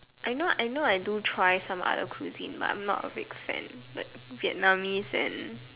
I know I know I do try some other cuisine but I'm not a big fan but Vietnamese and